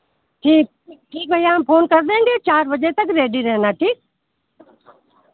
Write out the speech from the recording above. ठीक ठीक ठीक भैया हम फोन कर देंगे चार बजे तक रेडी रहना ठीक